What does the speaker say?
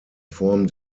form